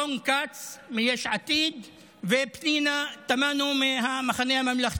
רון כץ מיש עתיד ופנינה תמנו מהמחנה הממלכתי.